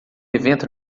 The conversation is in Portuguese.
evento